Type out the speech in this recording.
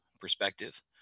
perspective